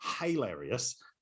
hilarious